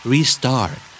Restart